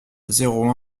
zéro